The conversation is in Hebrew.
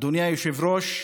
אדוני היושב-ראש,